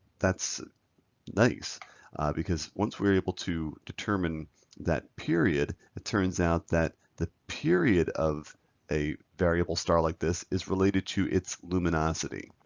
that's nice because once we are able to determine that period, it turns out that the period of a variable star like this is related to its luminosity.